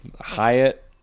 Hyatt